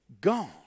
gone